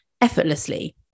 effortlessly